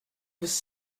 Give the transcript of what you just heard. was